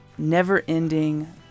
never-ending